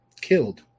killed